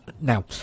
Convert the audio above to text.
now